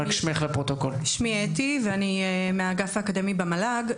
אני מהאגף האקדמי במל"ג.